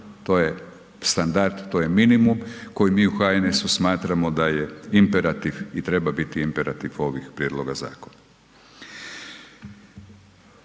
to je standard, to je minimum koji mi u HNS-u smatramo da je imperativ i treba biti imperativ ovih prijedloga zakona.